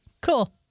Cool